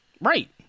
right